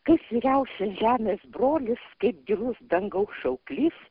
kaip didžiausias žemės brolis kaip gilus dangaus šauklys